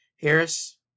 Harris